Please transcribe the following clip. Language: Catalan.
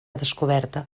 descoberta